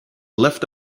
left